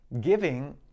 Giving